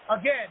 Again